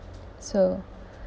so